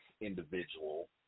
individual